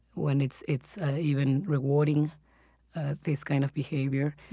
when it's it's even rewarding this kind of behavior.